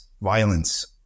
violence